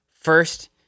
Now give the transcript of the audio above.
first